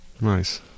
Nice